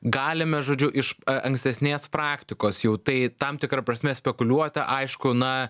galime žodžiu iš ankstesnės praktikos jau tai tam tikra prasme spekuliuota aišku na